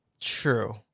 true